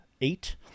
eight